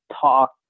talk